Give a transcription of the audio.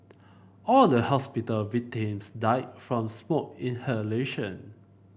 all the hospital victims died from smoke inhalation